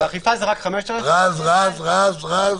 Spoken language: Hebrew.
אכיפה זה רק, 5,000 --- רז, רז.